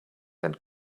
and